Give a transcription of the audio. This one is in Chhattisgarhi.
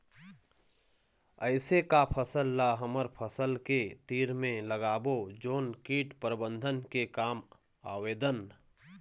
ऐसे का फसल ला हमर फसल के तीर मे लगाबो जोन कीट प्रबंधन के काम आवेदन?